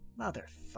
Motherfucker